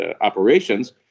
operations